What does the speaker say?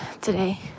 today